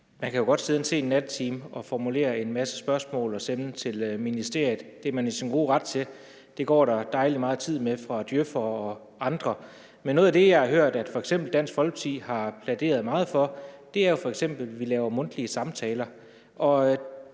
man kan jo godt sidde en sen nattetime og formulere en masse spørgsmål og sende dem til ministeriet. Det er man i sin gode ret til. Det går der dejlig meget tid med for djøf'ere og andre. Men noget af det, jeg har hørt, at f.eks. Dansk Folkeparti har plæderet meget for, er, at vi laver mundtlige samtaler.